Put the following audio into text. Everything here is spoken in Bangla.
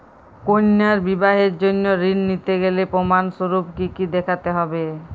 কন্যার বিবাহের জন্য ঋণ নিতে গেলে প্রমাণ স্বরূপ কী কী দেখাতে হবে?